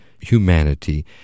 humanity